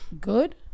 good